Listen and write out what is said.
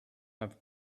have